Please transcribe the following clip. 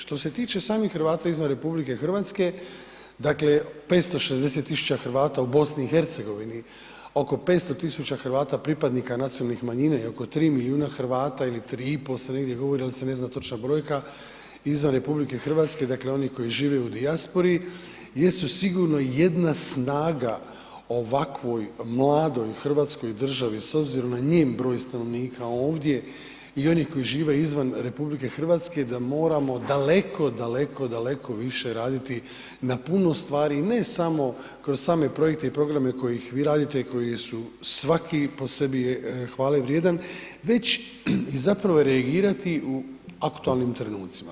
Što se tiče samih Hrvata izvan RH, dakle 560 tisuća Hrvata u BiH, oko 500 tisuća Hrvata, pripadnika nacionalnih manjina i oko 3 milijuna Hrvata ili 3 i pol se negdje govori jer se ne zna točna brojka, izvan RH, dakle oni koji žive u dijaspori jesu sigurno jedna snaga ovakvoj mladoj hrvatskoj državi s obzirom na njen broj stanovnika ovdje i onih koji žive izvan RH, da moramo daleko, daleko, daleko više raditi na puno stvari, ne samo kroz same projekte koje ih vi radite, koji su svaki po sebi hvale vrijedan već zapravo reagirati u aktualnim trenucima.